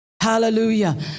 Hallelujah